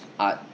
art